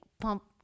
pump